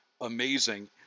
amazing